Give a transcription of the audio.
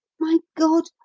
my god,